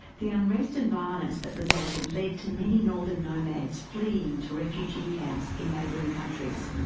the unrest and violence that resulted led to many northern nomads fleeing to refugee camps in neighbouring countries.